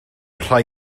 rhai